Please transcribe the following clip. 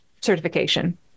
certification